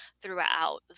throughout